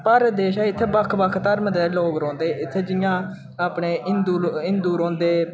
भारत देश ऐ इत्थै बक्ख बक्ख धर्म दे लोग रौंह्दे इत्थै जियां अपने हिंदू हिंदू रौह्न्दे